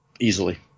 easily